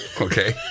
Okay